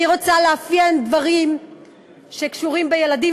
אני רוצה לאפיין דברים שקשורים בילדים,